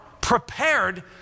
prepared